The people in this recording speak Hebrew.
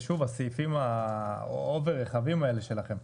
ושוב, הסעיפים הרחבים מידי האלה שלכם.